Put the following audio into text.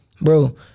bro